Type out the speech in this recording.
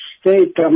State